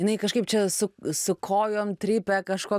jinai kažkaip čia su su kojom trypia kažko